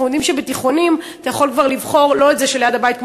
ואנחנו יודעים שבתיכונים אתה יכול כבר לבחור לא ליד הבית,